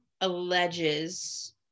alleges